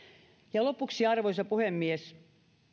lopuksi arvoisa puhemies